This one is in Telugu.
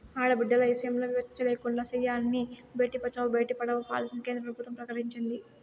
ఆడబిడ్డల ఇసయంల వివచ్చ లేకుండా సెయ్యాలని బేటి బచావో, బేటీ పడావో పాలసీని కేంద్ర ప్రభుత్వం ప్రకటించింది